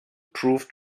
proof